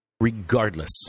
regardless